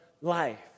life